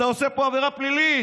אתה עושה פה עבירה פלילית.